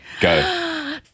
Go